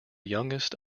youngest